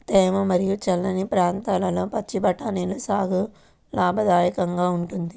తేమ మరియు చల్లని ప్రాంతాల్లో పచ్చి బఠానీల సాగు లాభదాయకంగా ఉంటుంది